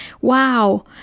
wow